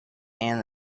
and